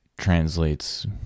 translates